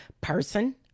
person